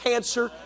cancer